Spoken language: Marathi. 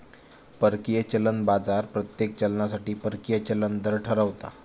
परकीय चलन बाजार प्रत्येक चलनासाठी परकीय चलन दर ठरवता